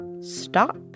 stop